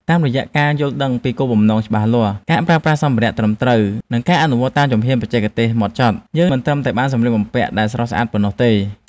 តាមរយៈការយល់ដឹងពីគោលបំណងច្បាស់លាស់ ការប្រើប្រាស់សម្ភារៈត្រឹមត្រូវ និងការអនុវត្តតាមជំហានបច្ចេកទេសហ្មត់ចត់ យើងមិនត្រឹមតែបានសម្លៀកបំពាក់ដែលស្រស់ស្អាតប៉ុណ្ណោះទេ។